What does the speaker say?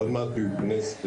עוד מעט הוא ייכנס.